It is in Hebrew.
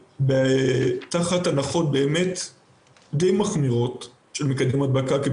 תחת הנחות די מחמירות של מקדם הדבקה,